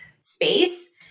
space